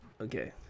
Okay